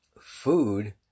Food